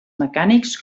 mecànics